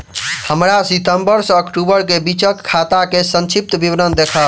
हमरा सितम्बर सँ अक्टूबर केँ बीचक खाता केँ संक्षिप्त विवरण देखाऊ?